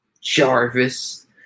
Jarvis